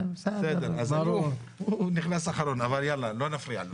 הוא נכנס אחרון, אבל יאללה, לא נפריע לו.